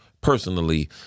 personally